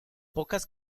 pocas